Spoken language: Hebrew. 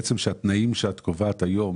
שהתנאים שאת קובעת היום